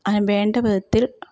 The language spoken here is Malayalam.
അതിന് വേണ്ട വിധത്തിൽ